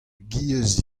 giez